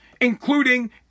including